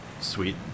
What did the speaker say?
sweet